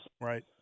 right